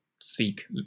seek